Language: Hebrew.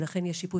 ולכן יש שיפוי.